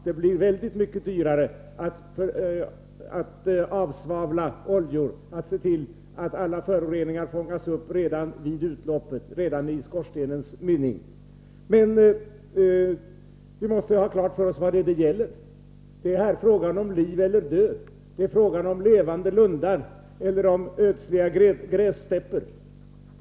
Det blir väldigt mycket dyrare att avsvavla oljor och att se till att alla föroreningar fångas upp redan vid utloppet, redan i skorstenens mynning. Men vi måste ha klart för oss vad det är det gäller. Det är här fråga om liv eller död, det är fråga om levande lundar eller om ödsliga grässtäpper.